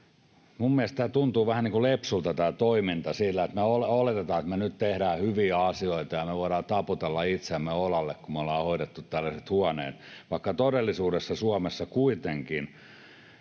kuin lepsulta tämä toiminta sillä tavalla, että me oletetaan, että me tehdään nyt hyviä asioita ja me voidaan taputella itseämme olalle, kun me ollaan hoidettu tällaiset huoneet, vaikka todellisuudessa Suomessa kuitenkin...